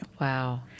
Wow